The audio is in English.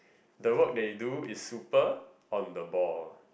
the work that you do is super on the ball